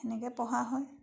এনেকৈ পঢ়া হয়